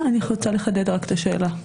אני רוצה לחדד את השאלה.